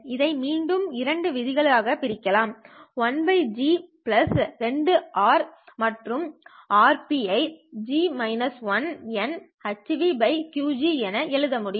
இதை மீண்டும் இரண்டு விதிமுறைகளாக பிரிக்கலாம் 1G2R மற்றும் Rρase ஐ nsphνqG என எழுத முடியும்